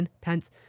pence